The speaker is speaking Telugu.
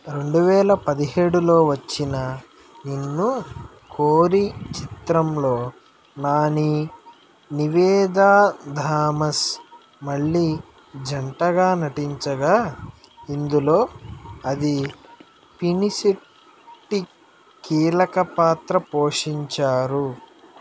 రెండు వేల పదిహేడులో వచ్చిన నిన్ను కోరి చిత్రంలో నాని నివేదా థామస్ మళ్ళీ జంటగా నటించగా ఇందులో అది పినిశెట్టి కీలక పాత్ర పోషించారు